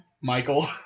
Michael